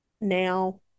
Now